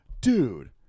Dude